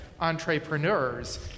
entrepreneurs